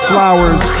Flowers